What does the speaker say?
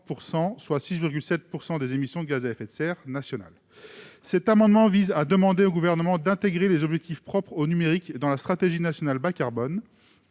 6,7 % des émissions de gaz à effet de serre nationales. Cet amendement vise à demander au Gouvernement d'intégrer des objectifs propres au numérique dans la stratégie nationale bas-carbone.